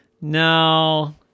No